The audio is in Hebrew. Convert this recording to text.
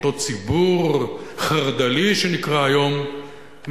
אותו ציבור שנקרא היום חרד"לי,